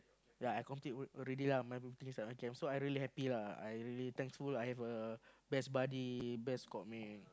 ya I count it already lah my things inside my camp so I really happy lah I really thankful I have a best buddy best squad mate